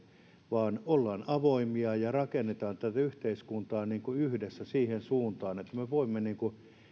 vaan ollaan avoimia ja rakennetaan tätä yhteiskuntaa yhdessä siihen suuntaan että me voimme